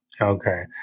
Okay